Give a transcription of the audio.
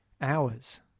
hours